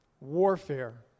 Warfare